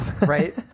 Right